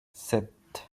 sept